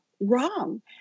wrong